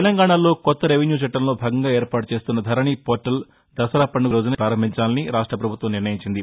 తెలంగాణలో కొత్త రెవెన్యూ చట్టంలో భాగంగా ఏర్పాటు చేస్తున్న ధరణి పోర్టల్ దసరా పండుగ రోజు ప్రారంభించాలని రాష్ట ప్రభుత్వం నిర్ణయించింది